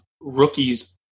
rookies